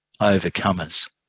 overcomers